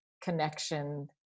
connection